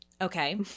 Okay